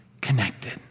connected